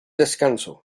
descanso